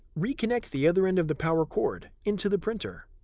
reconnect the other end of the power cord into the printer.